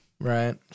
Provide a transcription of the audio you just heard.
Right